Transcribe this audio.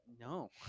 No